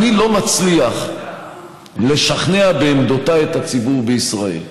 אני לא מצליח לשכנע בעמדותיי את הציבור בישראל.